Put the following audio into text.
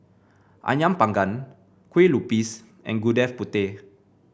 ayam panggang Kue Lupis and Gudeg Putih